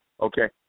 okay